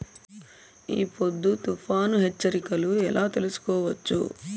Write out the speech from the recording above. ఈ పొద్దు తుఫాను హెచ్చరికలు ఎలా తెలుసుకోవచ్చు?